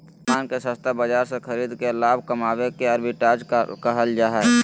सामान के सस्ता बाजार से खरीद के लाभ कमावे के आर्बिट्राज कहल जा हय